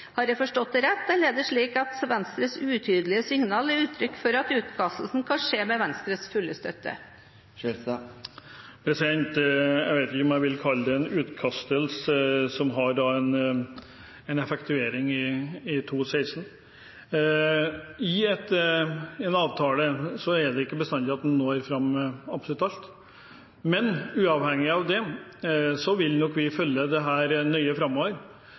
Har jeg forstått det rett, eller er det slik at Venstres utydelige signal er uttrykk for at utkastelsen kan skje med Venstres fulle støtte? Jeg vet ikke om jeg vil kalle det for en utkastelse, som har en effektuering i 2016. I en avtale er det ikke bestandig sånn at man når fram med absolutt alt, men uavhengig av det vil vi nok følge dette nøye framover.